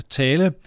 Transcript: tale